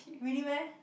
really meh